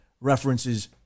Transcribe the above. references